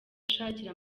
ashakira